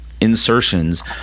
insertions –